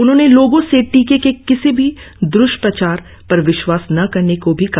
उन्होंने लोगों से टीके के किसी भी द्ष्प्रचार पर विश्वास न करने को भी कहा